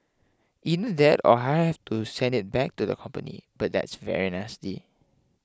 either that or I have to send it back to the company but that's very nasty